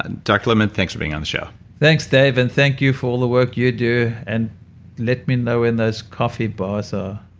and dr lipman, thanks for being on the show thanks, dave, and thank you for all the work you do. and let me know when those coffee bars are